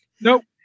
Nope